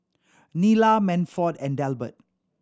Nila Manford and Delbert